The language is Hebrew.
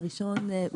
הראשון,